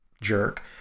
jerk